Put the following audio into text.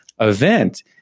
event